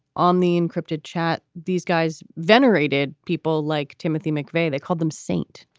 on the encrypted chat, these guys venerated people like timothy mcveigh. they called them st.